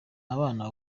abana